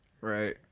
Right